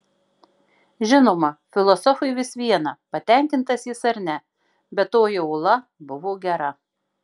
žinoma filosofui vis viena patenkintas jis ar ne bet toji ola buvo gera